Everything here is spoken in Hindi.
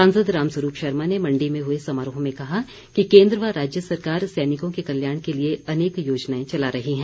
सांसद राम स्वरूप शर्मा ने मण्डी में हुए समारोह में कहा कि केन्द्र व राज्य सरकार सैनिकों के कल्याण के लिए अनेक योजनाएं चला रही है